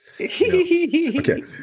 Okay